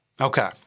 Okay